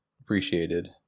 appreciated